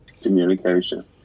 Communication